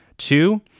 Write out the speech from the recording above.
Two